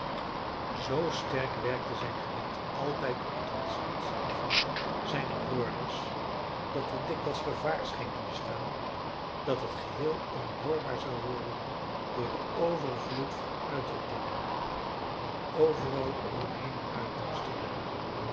zoo sterk werkte zijn gebed altijd op het godsdienstig gevoel zijner hoorders dat er dikwijls gevaar scheen te bestaan dat het geheel onhoorbaar zou worden door den overvloed van uitroepingen die overal om hem heen uitbarstten